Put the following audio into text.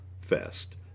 fest